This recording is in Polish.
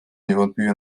niewątpliwie